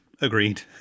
Agreed